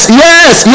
yes